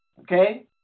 okay